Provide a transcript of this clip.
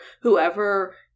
whoever